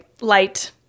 light